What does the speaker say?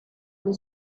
nei